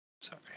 Sorry